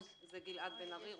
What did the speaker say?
גלעד בן ארי.